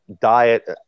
diet